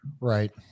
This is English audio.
Right